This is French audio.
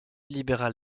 libéral